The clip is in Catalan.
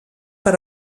per